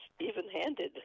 even-handed